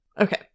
Okay